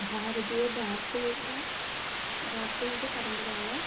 भारतीय दार्शनिक दार्शनिकपरम्परायां